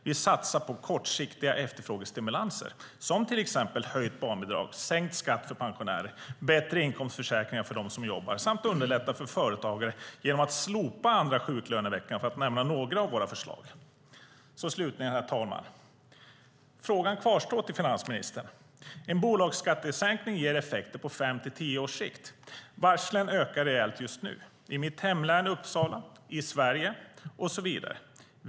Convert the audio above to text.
Vi satsar på kortsiktiga efterfrågestimulanser som höjt barnbidrag, sänkt skatt för pensionärer, bättre inkomstförsäkringar för dem som jobbar samt underlättar för företagare genom att slopa andra sjuklöneveckan, för att nämna några av våra förslag. Herr talman! Frågan kvarstår till finansministern. En bolagsskattesänkning ger effekter på fem till tio års sikt. Varslen ökar rejält just nu, i mitt hemlän Uppsala län och i Sverige.